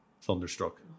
Thunderstruck